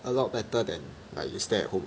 a lot better than like you to stay at home [what]